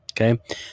Okay